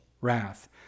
wrath